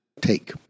take